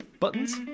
Buttons